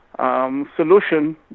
solution